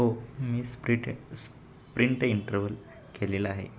हो मी sprint sprint interval केलेला आहे